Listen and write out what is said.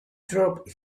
dropped